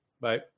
Bye